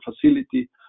facility